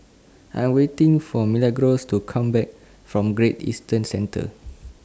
I Am waiting For Milagros to Come Back from Great Eastern Centre